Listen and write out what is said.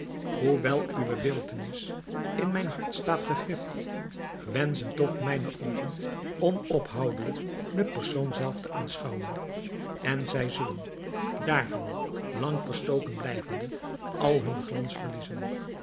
hoewel uwe beeldtenis in mijn hart staat gegrift wenschen toch mijne oogen onophoudelijk de persoon zelf te aanschouwen en zij zullen daarvan lang verstoken blijvende al hun glans verliezen